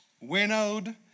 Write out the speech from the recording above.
winnowed